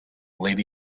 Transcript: lady